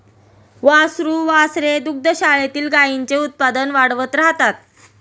वासरू वासरे दुग्धशाळेतील गाईंचे उत्पादन वाढवत राहतात